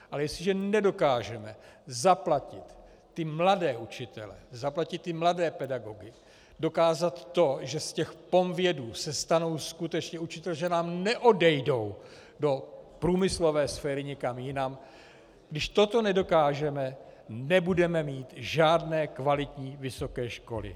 Ale jestliže nedokážeme zaplatit mladé učitele, zaplatit mladé pedagogy, dokázat to, že z těch pomvědů se stanou skuteční učitelé, že nám neodejdou do průmyslové sféry někam jinam, když toto nedokážeme, nebudeme mít žádné kvalitní vysoké školy.